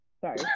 sorry